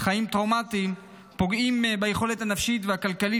חיים טראומטיים פוגעים ביכולת הנפשית והכלכלית